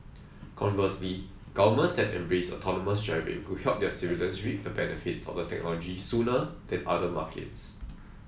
conversely governments that embrace autonomous driving could help their civilians reap the benefits of the technology sooner than other markets